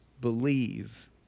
believe